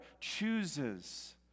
chooses